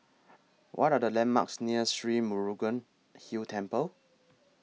What Are The landmarks near Sri Murugan Hill Temple